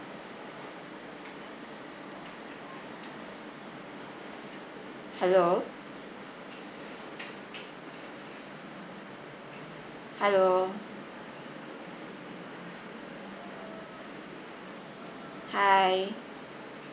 hello hello hi